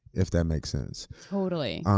if that makes sense. totally.